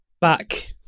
back